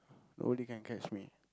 nobody can catch me